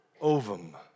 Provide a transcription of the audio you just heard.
ovum